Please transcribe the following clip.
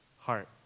heart